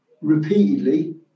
repeatedly